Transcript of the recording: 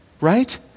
right